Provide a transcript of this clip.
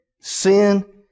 Sin